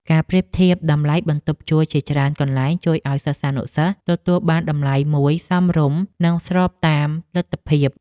ការប្រៀបធៀបតម្លៃបន្ទប់ជួលជាច្រើនកន្លែងជួយឱ្យសិស្សានុសិស្សទទួលបានតម្លៃមួយសមរម្យនិងស្របតាមលទ្ធភាព។